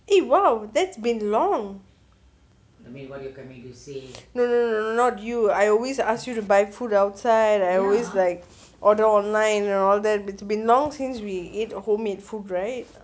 eh !wow! that's been long no no not you I always ask you to buy food outside I always like order online and all that it been long since we homemade food right